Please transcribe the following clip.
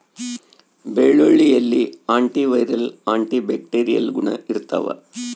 ಬೆಳ್ಳುಳ್ಳಿಯಲ್ಲಿ anti viral anti bacterial ಗುಣ ಇರ್ತಾವ